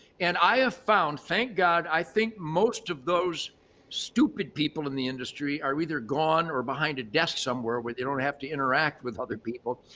and i have found, thank god, i think most of those stupid people in the industry are either gone or behind a desk somewhere where they don't have to interact with other people.